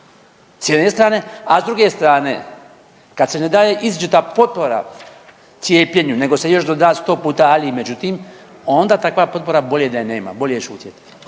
s jedne strane, a s druge strane, kad se ne daje izričita potpora cijepljenju, nego se još doda 100 puta ali međutim, onda takva potpora bolje da je nema, bolje je šutjeti.